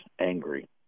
angry